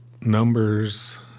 numbers